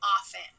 often